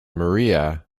maria